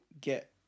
get